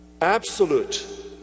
absolute